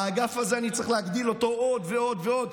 אני צריך להגדיל את האגף הזה עוד ועוד ועוד.